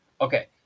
Okay